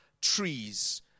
trees